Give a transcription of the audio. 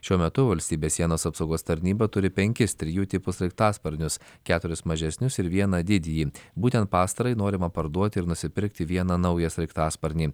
šiuo metu valstybės sienos apsaugos tarnyba turi penkis trijų tipų sraigtasparnius keturis mažesnius ir vieną didįjį būtent pastarąjį norima parduoti ir nusipirkti vieną naują sraigtasparnį